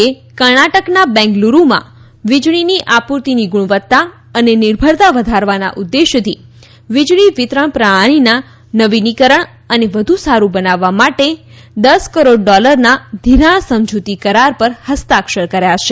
એ કર્ણાટકના બેંગલુરૂમાં વિજળીની આપૂર્તિની ગુણવત્તા અને નિર્ભરતા વધારવાના ઉદ્દેશથી વિજળી વિતરણ પ્રણાલીના નવીનીકરણ અને વધુ સારૂ બનાવવા માટે દસ કરોડ ડોલરના ધિરાણ સમજૂતી કરા પર હસ્તાક્ષર કર્યા છે